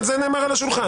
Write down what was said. זה נאמר על השולחן.